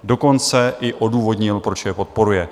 Dokonce i odůvodnil, proč je podporuje.